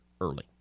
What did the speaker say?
early